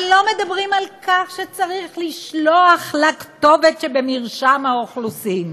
אבל לא מדברים על כך שצריך לשלוח לכתובת שבמרשם האוכלוסין.